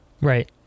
Right